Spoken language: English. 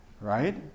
right